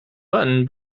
button